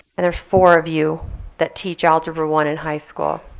and there's four of you that teach algebra one in high school.